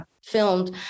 Filmed